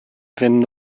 fynd